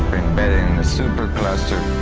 embedded in a super cluster,